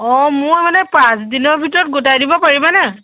অঁ মোৰ মানে পাঁচদিনৰ ভিতৰত গোটাই দিব পাৰিবানে